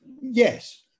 Yes